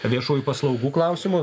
viešųjų paslaugų klausimo